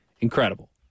Incredible